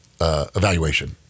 evaluation